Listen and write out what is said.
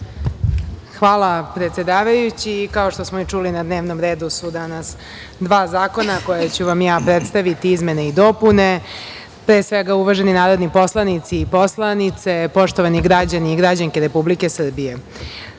Hvala, predsedavajući. Kao što smo čuli, na dnevnom redu su danas izmene i dopune dva zakona, koja ću vam ja predstaviti. Pre svega, uvaženi narodni poslanici i poslanice, poštovani građani i građanke Republike Srbije,